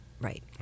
Right